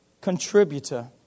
contributor